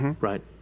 Right